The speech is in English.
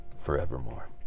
forevermore